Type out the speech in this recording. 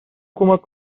کمک